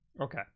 okay